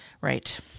right